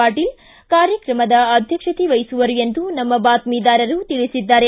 ಪಾಟೀಲ ಕಾರ್ಯಕ್ರಮದ ಅಧ್ಯಕ್ಷತೆ ವಹಿಸುವರು ಎಂದು ನಮ್ಮ ಬಾತ್ಮಿದಾರರು ತಿಳಿಸಿದ್ದಾರೆ